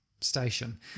station